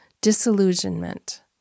disillusionment